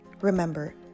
Remember